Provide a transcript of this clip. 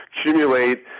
accumulate